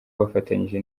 bafatanyije